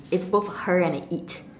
it's both her and a it